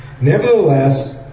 nevertheless